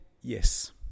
yes